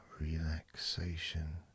relaxation